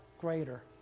greater